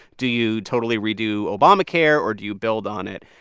do you totally redo obamacare? or do you build on it?